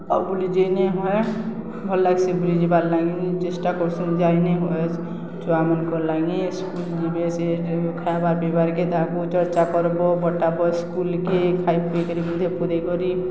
ଆଉ ବୁଲି ଯାଇନେ ହୁଏ ଭଲ ଲାଗ୍ସି ବୁଲି ଯିବାର୍ ଲାଗି ଚେଷ୍ଟା କରସି ଯାଇନେ ହୁଏ ଛୁଆମାନଙ୍କର ଲାଗି ସ୍କୁଲ୍ ଯିବେ ସେ ଖାଇବାର୍ ପିଇବାର୍କେ ତାହାକୁ ଚର୍ଚ୍ଚା କର୍ବ ବଟାବ ସ୍କୁଲ୍କେ ଖାଇ ପିଇକରି ଗୁଧେଇ ପୁଧେଇ କରି